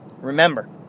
remember